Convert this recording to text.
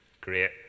Great